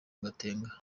gatenga